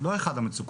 לא אחד המצוקות,